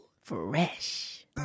Fresh